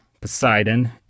poseidon